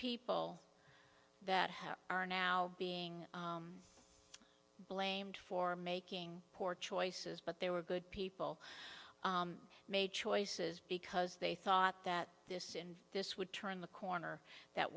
people that are now being blamed for making poor choices but they were good people made choices because they thought that this and this would turn the corner that